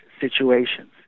situations